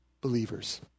believers